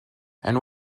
and